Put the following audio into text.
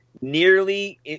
nearly